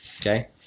Okay